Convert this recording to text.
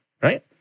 right